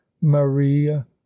maria